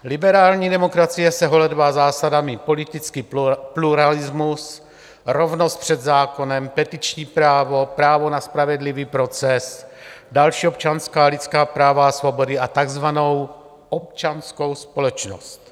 Liberální demokracie se holedbá zásadami politického pluralismu: rovnost před zákonem, petiční právo, právo na spravedlivý proces, další občanská lidská práva a svobody a takzvanou občanskou společnost.